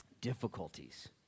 Difficulties